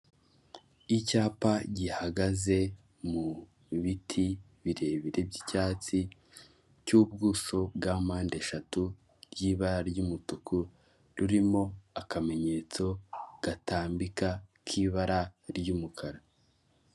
Umuhanda w'umukara aho uganisha ku bitaro byitwa Sehashiyibe, biri mu karere ka Huye, aho hahagaze umuntu uhagarika imodoka kugirango babanze basuzume icyo uje uhakora, hakaba hari imodoka nyinshi ziparitse.